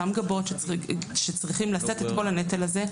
אותם גבות שצריכים לשאת את כל הנטל הזה.